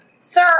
Sir